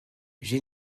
j’ai